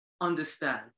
understand